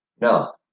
No